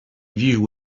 view